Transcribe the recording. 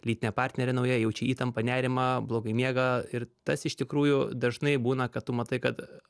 lytinė partnerė nauja jaučia įtampą nerimą blogai miega ir tas iš tikrųjų dažnai būna kad tu matai kad